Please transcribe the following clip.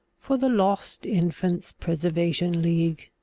for the lost infants' preservation league